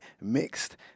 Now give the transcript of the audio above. mixed